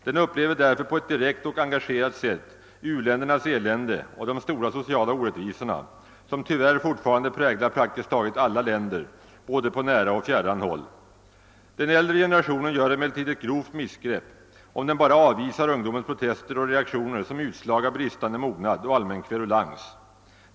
Den upplever därför på ett direkt och engagerat sätt u-ländernas elände och de stora sociala orättvisorna, som ty värr fortfarande präglar praktiskt taget alla länder både på nära och fjärran håll. Den äldre generationen gör emellertid ett grovt missgrepp, om den bara avvisar ungdomens protester och reaktioner som utslag av bristande mognad och allmän kverulans.